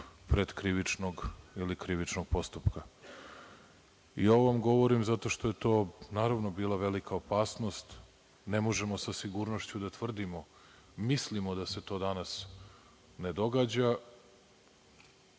predkrivičnog ili krivičnog postupka.I ovo vam govorim zato što je to, naravno, bila velika opasnost. Ne možemo sa sigurnošću da tvrdimo. Mislimo da se to danas ne događa.